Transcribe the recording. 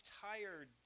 tired